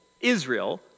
Israel